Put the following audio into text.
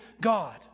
God